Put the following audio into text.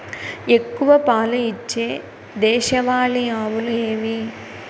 ఎక్కువ పాలు ఇచ్చే దేశవాళీ ఆవులు ఏవి?